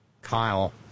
Kyle